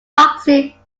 boxing